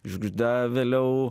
žiugžda vėliau